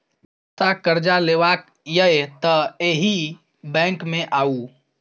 सस्ता करजा लेबाक यै तए एहि बैंक मे आउ